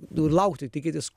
nu laukti tikėtis